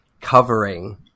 covering